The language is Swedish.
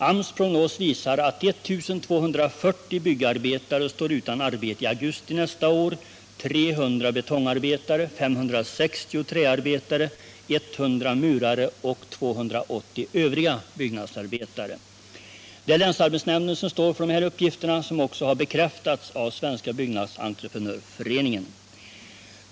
AMS prognos visar att 1 240 byggnadsarbetare står utan Lo arbete i augusti nästa år: 300 betongarbetare, 560 träarbetare, 100 murare - Om slopande av och 280 övriga byggnadsarbetare. Det är länsarbetsnämnden som står = reklamskatten för för dessa uppgifter, vilka också bekräftats av Svenska byggnadsentre = dagstidningar prenörföreningen.